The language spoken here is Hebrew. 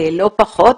לא פחות,